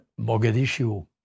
Mogadishu